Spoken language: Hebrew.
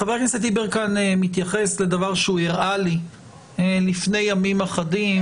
חבר הכנסת יברקן מתייחס לדבר שהוא הראה לי לפני ימים אחדים,